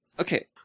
Okay